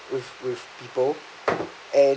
with with people and